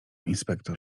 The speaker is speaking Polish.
inspektor